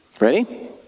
Ready